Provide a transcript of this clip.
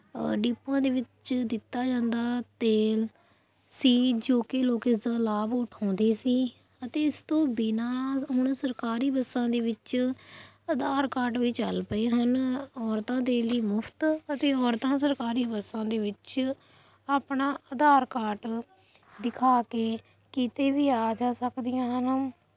ਡੀਪੂਆਂ ਦੇ ਵਿੱਚ ਦਿੱਤਾ ਜਾਂਦਾ ਤੇਲ ਸੀ ਜੋ ਕਿ ਲੋਕ ਇਸਦਾ ਲਾਭ ਉਠਾਉਂਦੇ ਸੀ ਅਤੇ ਇਸ ਤੋਂ ਬਿਨਾਂ ਹੁਣ ਸਰਕਾਰੀ ਬੱਸਾਂ ਦੇ ਵਿੱਚ ਆਧਾਰ ਕਾਰਡ ਵੀ ਚੱਲ ਪਏ ਹਨ ਔਰਤਾਂ ਦੇ ਲਈ ਮੁਫਤ ਅਤੇ ਔਰਤਾਂ ਸਰਕਾਰੀ ਬੱਸਾਂ ਦੇ ਵਿੱਚ ਆਪਣਾ ਆਧਾਰ ਕਾਰਟ ਦਿਖਾ ਕੇ ਕਿਤੇ ਵੀ ਆ ਜਾ ਸਕਦੀਆਂ ਹਨ